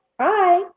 Hi